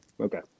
Okay